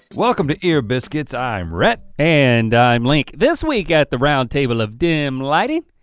welcome to ear biscuits, i'm rhett. and i'm link. this week at the round table of dim lighting,